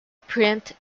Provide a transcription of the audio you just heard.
print